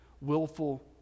willful